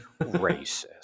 racist